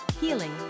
healing